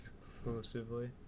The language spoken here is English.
exclusively